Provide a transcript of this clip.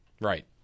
Right